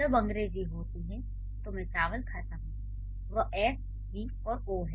जब अंग्रेजी होती है तो मैं चावल खाता हूं वह S V और O है